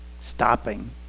stopping